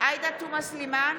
עאידה תומא סלימאן,